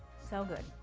so good.